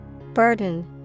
Burden